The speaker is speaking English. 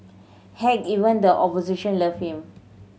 heck even the opposition loved him